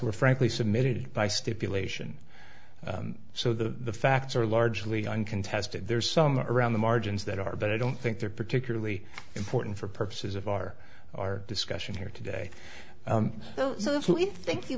were frankly submitted by stipulation so the facts are largely uncontested there's some around the margins that are but i don't think they're particularly important for purposes of our discussion here today those of who we think you